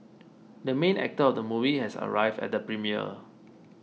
the main actor of the movie has arrived at the premiere